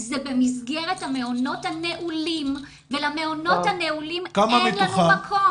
זה במסגרת המעונות הנעולים ולמעונות נעולים אין לנו מקום.